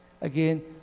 Again